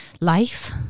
life